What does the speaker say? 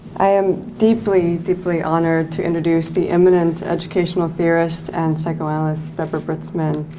i am deeply, deeply honored to introduce the imminent educational theorist and psychoanalyst, deborah britzman,